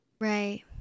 Right